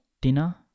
dinner